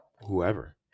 whoever